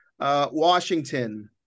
Washington